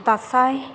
ᱫᱟᱸᱥᱟᱭ